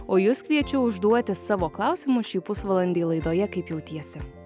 o jus kviečiu užduoti savo klausimus šį pusvalandį laidoje kaip jautiesi